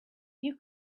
you